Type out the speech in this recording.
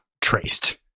traced